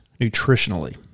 nutritionally